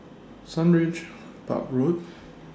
Sundridge Park Road